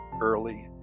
early